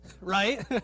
right